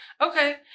okay